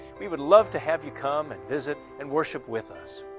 we would love to have you come and visit and worship with us.